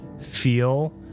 feel